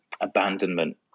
abandonment